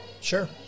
Sure